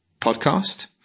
podcast